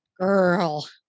Girl